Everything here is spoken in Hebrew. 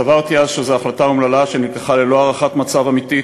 סברתי אז שזו החלטה אומללה שנלקחה ללא הערכת מצב אמיתית,